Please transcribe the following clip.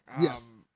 Yes